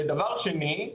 ודבר שני,